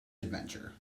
adventure